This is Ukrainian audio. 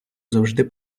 завжди